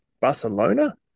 Barcelona